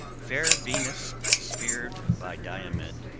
fair venus, speared by diomed,